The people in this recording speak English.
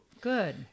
Good